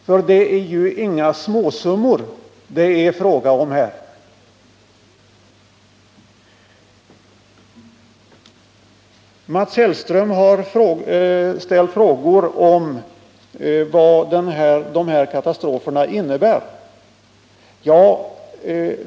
Det är ju inga småsummor det är fråga om. Mats Hellström har ställt frågor om vad de inträffade katastroferna innebär.